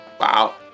Wow